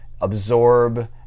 absorb